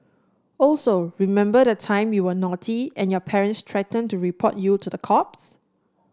also remember the time you were naughty and your parents threatened to report you to the cops